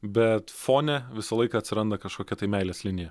bet fone visą laiką atsiranda kažkokia tai meilės linija